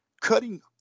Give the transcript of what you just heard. cutting